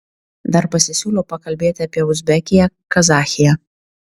dar pasisiūliau pakalbėti apie uzbekiją kazachiją